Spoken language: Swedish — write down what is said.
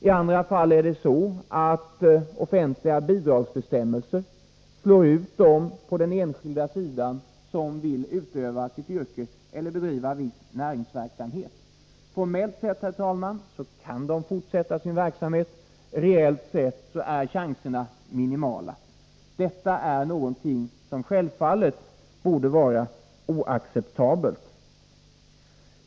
I andra fall är det så att offentliga bidragsbestämmelser slår ut de människor på den enskilda sidan som vill utöva sitt yrke eller bedriva viss näringsverksamhet. Formellt sett, herr talman, kan de fortsätta sin verksamhet — reellt sett är chanserna minimala. Detta är någonting som självfallet borde betraktas som oacceptabelt.